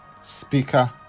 speaker